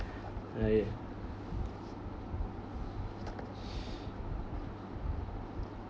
right